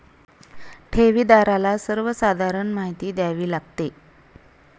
ठेवीदाराला सर्वसाधारण माहिती द्यावी लागते